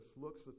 looks